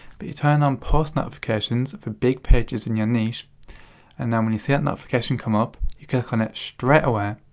but you turn on post notifications for big pages in your niche and now when you see that notification come up, you click on it straight away,